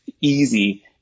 easy